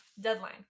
deadline